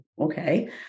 okay